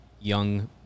young